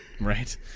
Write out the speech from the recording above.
Right